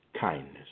kindness